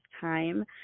time